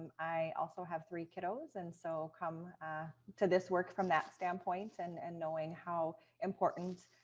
i also have three kiddo's and so come to this work from that standpoint and and knowing how important.